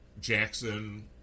Jackson